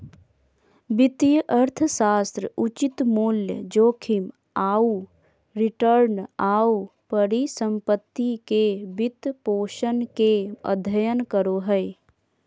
वित्तीय अर्थशास्त्र उचित मूल्य, जोखिम आऊ रिटर्न, आऊ परिसम्पत्ति के वित्तपोषण के अध्ययन करो हइ